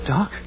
Doc